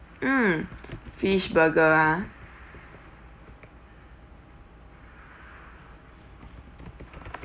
mm fish burger ah